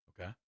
Okay